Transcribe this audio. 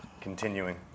continuing